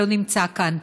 לא נמצא כאן,